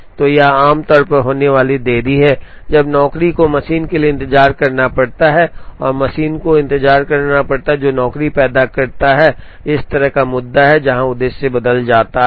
तो यह आमतौर पर होने वाली देरी है जब नौकरी को मशीन के लिए इंतजार करना पड़ता है और मशीन को इंतजार करना पड़ता है जो नौकरी पैदा करता है इस तरह का एक मुद्दा है जहां उद्देश्य बदल जाता है